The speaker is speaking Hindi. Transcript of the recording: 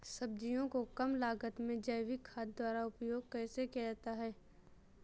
सब्जियों को कम लागत में जैविक खाद द्वारा उपयोग कैसे किया जाता है?